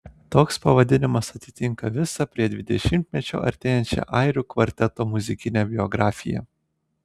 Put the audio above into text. toks pavadinimas atitinka visą prie dvidešimtmečio artėjančią airių kvarteto muzikinę biografiją